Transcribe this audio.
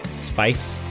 spice